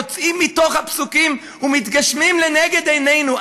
יוצאים מתוך הפסוקים ומתגשמים לנגד עינינו.